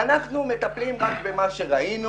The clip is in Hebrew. אנחנו מטפלים רק במה שראינו.